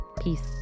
Peace